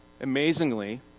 amazingly